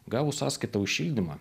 gavus sąskaitą už šildymą